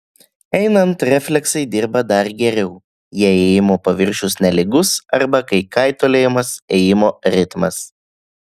einant refleksai dirba dar geriau jei ėjimo paviršius nelygus arba kai kaitaliojamas ėjimo ritmas